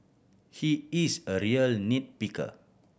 he is a real nit picker